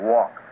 Walk